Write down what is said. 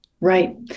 Right